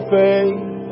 faith